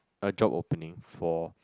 a job opening for